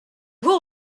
vous